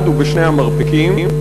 ובשני המרפקים.